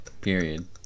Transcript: Period